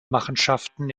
machenschaften